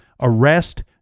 arrest